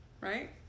right